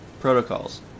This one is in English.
protocols